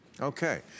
Okay